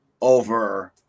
over